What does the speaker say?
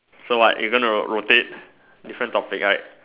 so what you going to rotate different topic right